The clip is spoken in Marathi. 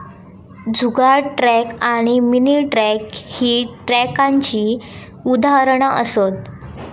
जुगाड ट्रक आणि मिनी ट्रक ही ट्रकाची उदाहरणा असत